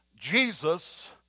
Jesus